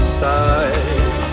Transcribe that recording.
side